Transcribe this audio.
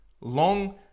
Long